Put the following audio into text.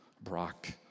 Brock